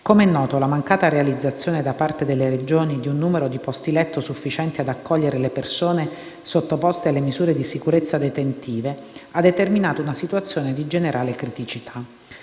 Come noto, la mancata realizzazione da parte delle Regioni di un numero di posti letto sufficiente ad accogliere le persone sottoposte alle misure di sicurezza detentive ha determinato una situazione di generale criticità.